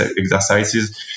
exercises